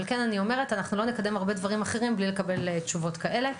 אני כן אומרת: אנחנו לא נקדם הרבה דברים אחרים בלי לקבל תשובות כאלה.